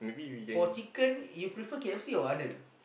for chicken you prefer K_F_C or Arnold